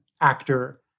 actor